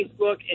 Facebook